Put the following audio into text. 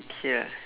K lah